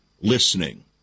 listening